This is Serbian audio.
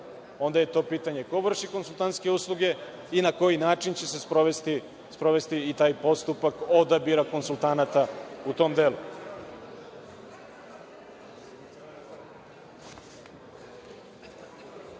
onda je to pitanje ko vrši konsultantske usluge i na koji način će se sprovesti taj postupak odabira konsultanata u tom delu? Kada